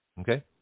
Okay